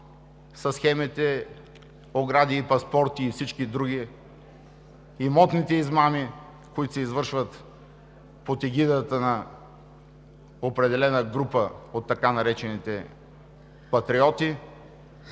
със схемите „огради“ и „паспорти“, и всички други – имотните измами, които се извършват под егидата на определена група от така наречените „Патриоти“